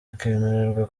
akemererwa